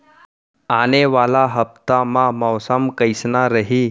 आने वाला हफ्ता मा मौसम कइसना रही?